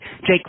Jake